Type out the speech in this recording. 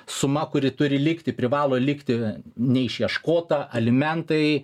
suma kuri turi likti privalo likti neišieškota alimentai